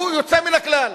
הוא יוצא מן הכלל.